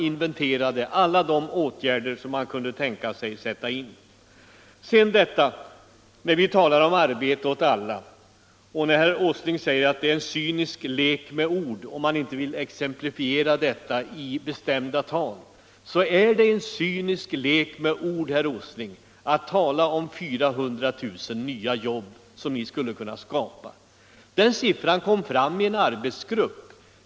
Inventering av tänkbara åtgärder pågick sedan slutet av 1974. Herr Åsling menar att det är en cynisk lek med ord när vi, som han säger, inte vill exemplifiera resonemanget om Arbete åt alla i bestämda tal. Nej, i stället är det en cynisk lek med ord, herr Åsling, att som ni tala om 400 000 nya jobb som skulle kunna skapas. Den siffran kom fram i en arbetsgrupp.